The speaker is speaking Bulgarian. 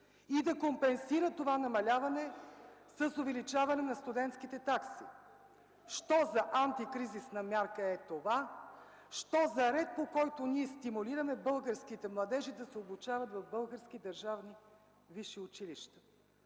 и да компенсира това намаляване с увеличаване на студентските такси? Що за антикризисна мярка е това? Що за ред, по който ние стимулираме българските младежи да се обучават в български държавни висши училища?